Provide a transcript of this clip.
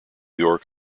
york